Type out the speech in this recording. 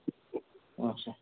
اَچھا